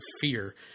fear